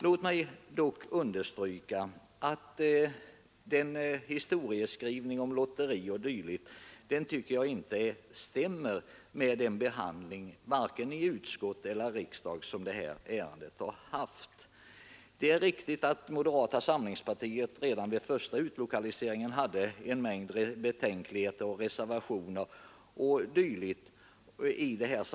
Låt mig dock understryka att jag inte tycker att hennes historieskrivning, där hon talar om lotteri o. d., stämmer med den behandling det här ärendet fått i utskott och kammare. Det är riktigt att moderata samlingspartiet redan vid första utlokaliseringen hade en mängd betänkligheter och reservationer.